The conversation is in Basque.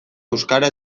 euskara